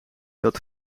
dat